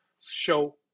show